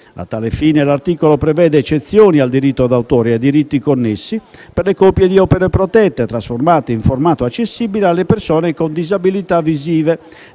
A tal fine, l'articolo prevede eccezioni al diritto d'autore e a quelli connessi per le copie di opere protette, trasformate in formato accessibile alle persone con disabilità visive,